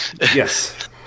Yes